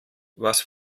was